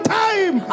time